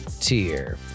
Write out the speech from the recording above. tier